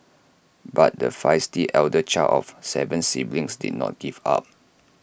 but the feisty elder child of Seven siblings did not give up